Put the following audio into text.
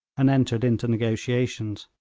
and entered into negotiations.